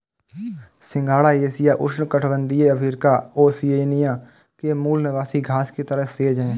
सिंघाड़ा एशिया, उष्णकटिबंधीय Africa, Oceania के मूल निवासी घास की तरह सेज है